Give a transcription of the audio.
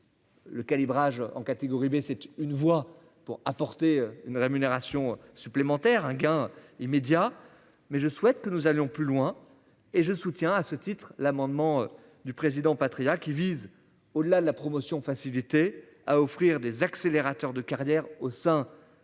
Le calibrage en catégorie B, c'est une voix pour apporter une rémunération supplémentaire un gain immédiat mais je souhaite que nous allions plus loin et je soutiens à ce titre l'amendement du président Patriat qui vise, oh la la promotion facilité à offrir des accélérateurs de carrière au sein de chaque grade.